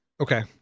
okay